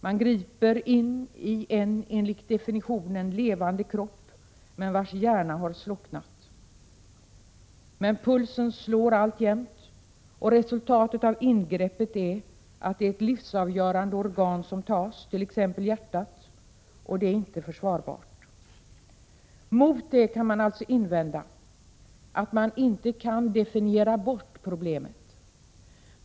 Man griper in i en enligt definitionen levande kropp, vars hjärna dock har slocknat. Pulsen slår emellertid alltjämt, och resultatet av ingreppet är att det är ett livsavgörande organ som tas — t.ex. hjärtat —, och det är inte försvarbart. Mot det kan man alltså invända att man inte kan definiera bort problemet.